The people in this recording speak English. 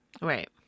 Right